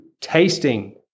tasting